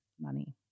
money